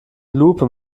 lupe